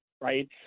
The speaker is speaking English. Right